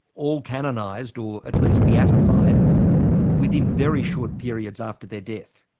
all canonised or at least beatified within very short periods after their death.